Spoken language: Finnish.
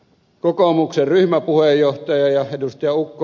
kokoomuksen ryhmäpuheenjohtaja ja ed